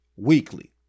weekly